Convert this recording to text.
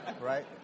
Right